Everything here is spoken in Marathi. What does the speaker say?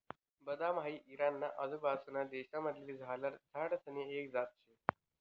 बदाम हाई इराणा ना आजूबाजूंसना देशमझारला झाडसनी एक जात शे